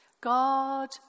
God